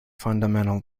fundamental